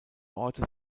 orte